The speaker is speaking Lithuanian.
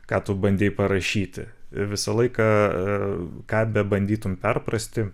ką tu bandei parašyti visą laiką ką bebandytum perprasti